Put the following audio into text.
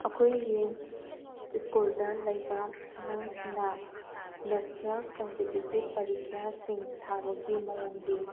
ꯑꯩꯈꯣꯏꯒꯤ ꯁ꯭ꯀꯨꯜꯗ ꯂꯩꯕ ꯑꯉꯥꯡꯁꯤꯡꯅ ꯅꯦꯁꯅꯦꯜ ꯀꯝꯄꯤꯇꯤꯇꯤꯞ ꯄꯔꯤꯈ꯭ꯋꯥꯁꯤꯡ ꯊꯥꯕꯒꯤ ꯃꯑꯣꯡꯗꯤ